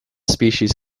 species